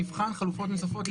נבחן חלופות נוספות.